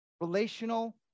relational